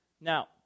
Now